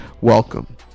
welcome